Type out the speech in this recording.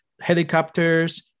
helicopters